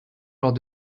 lors